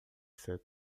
sete